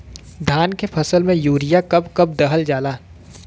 धान के फसल में यूरिया कब कब दहल जाला?